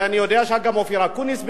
ואני יודע שגם, אופיר אקוניס.